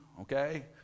okay